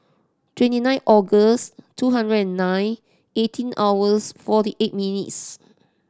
twenty nine August two hundred and nine eighteen hours forty eight minutes